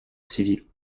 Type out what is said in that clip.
civil